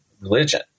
religion